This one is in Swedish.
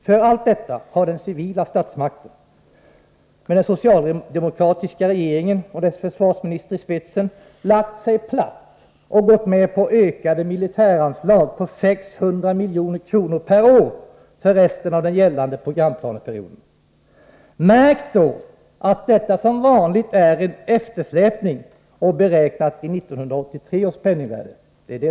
För allt detta har den civila statsmakten, med den socialdemokratiska regeringen och dess försvarsminister i spetsen, lagt sig platt och gått med på ökade militäranslag på 600 milj.kr. per år för resten av den gällande programplaneperioden. Märk då att detta som vanligt är en eftersläpning beräknat i 1983 års penningvärde.